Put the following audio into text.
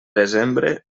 desembre